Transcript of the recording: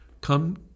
Come